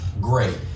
great